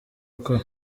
gukora